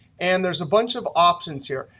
and there's a bunch of options here.